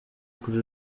kuri